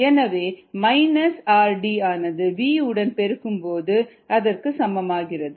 எனவே minus rd ஆனது V உடன் பெருக்கும்போது க்கு சமமாகிறது